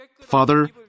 Father